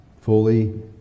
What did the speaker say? fully